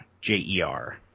J-E-R